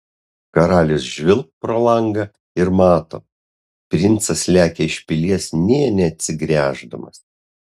karalius žvilgt pro langą ir mato princas lekia iš pilies nė neatsigręždamas